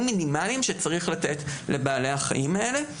מינימליים שצריך לתת לבעלי החיים האלה.